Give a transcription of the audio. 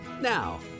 Now